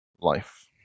life